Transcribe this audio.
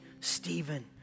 Stephen